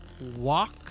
walk